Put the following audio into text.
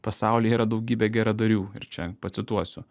pasaulyje yra daugybė geradarių ir čia pacituosiu